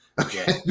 Okay